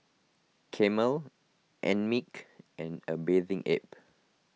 Camel Einmilk and a Bathing Ape